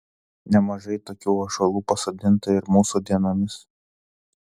nemažai tokių ąžuolų pasodinta ir mūsų dienomis